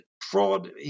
fraud